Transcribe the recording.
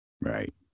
Right